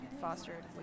fostered